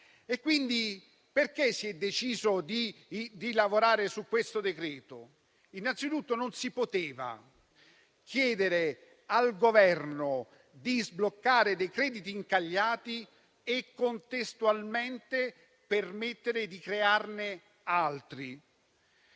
Perché si è deciso allora di lavorare su questo provvedimento? Innanzitutto, non si poteva chiedere al Governo di sbloccare crediti incagliati e contestualmente permettere di crearne altri.